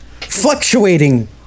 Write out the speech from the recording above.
fluctuating